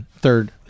third